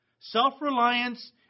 Self-reliance